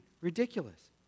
Ridiculous